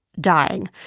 dying